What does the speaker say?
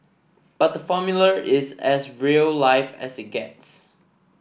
but the Formula is as real life as it gets